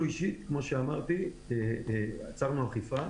אנחנו עצרנו אכיפה.